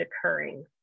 occurring